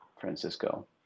Francisco